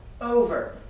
over